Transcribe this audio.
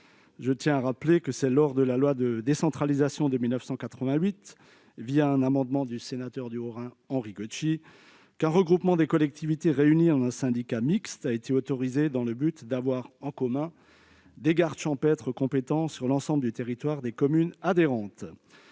Je tiens à rappeler que c'est lors de la loi de décentralisation de 1988, un amendement du sénateur du Haut-Rhin Henry Goetschy, qu'un regroupement de collectivités réunies en un syndicat mixte a été autorisé dans le but qu'elles aient en commun des gardes champêtres compétents sur l'ensemble du territoire des communes adhérentes.